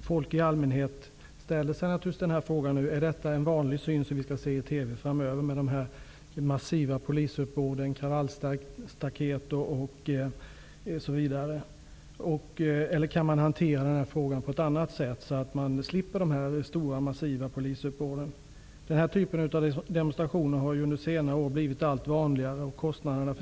folk i allmänhet frågar sig om dessa massiva polisuppbåd, kravallstaket osv. är en vanlig syn som vi skall se i TV framöver. Kan vi hantera den här frågan på ett annat sätt så att vi slipper de stora massiva polisuppbåden? Den här typen av demonstrationer har ju blivit allt vanligare under senare år.